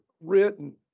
written